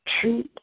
True